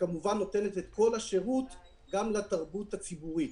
שכמובן נותנת את כל השירות גם לתרבות הציבורית.